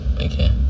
Okay